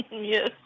Yes